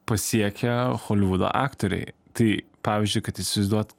pasiekę holivudo aktoriai tai pavyzdžiui kad įsivaizduot